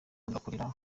agakunda